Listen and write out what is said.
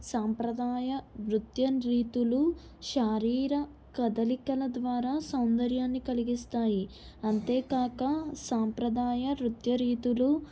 సాంప్రదాయ నృత్య రీతులు శరీర కదలికల ద్వారా సౌందర్యాన్ని కలిగిస్తాయి అంతేకాక సాంప్రదాయ నృత్య రీతులు